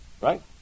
right